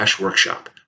workshop